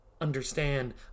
understand